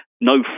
no